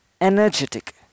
energetic